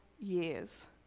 years